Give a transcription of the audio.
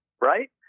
Right